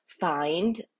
find